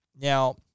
Now